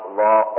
law